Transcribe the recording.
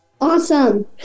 Awesome